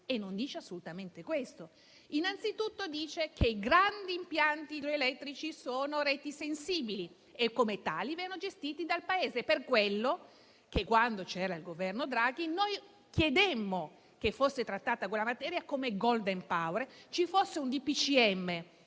non dice assolutamente questo, ma innanzitutto dice che i grandi impianti idroelettrici sono reti sensibili e come tali vengono gestiti dal Paese. È per quello che quando c'era il Governo Draghi noi chiedemmo che quella materia fosse trattata come *golden power*, che fosse emanato